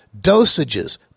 dosages